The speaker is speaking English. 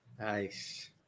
Nice